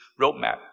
roadmap